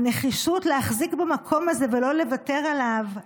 הנחישות להחזיק במקום הזה ולא לוותר עליו,